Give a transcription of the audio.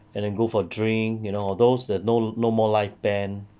and then go for drink you know those that no no more live band